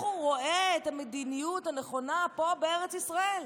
הוא רואה את המדיניות הנכונה פה בארץ ישראל.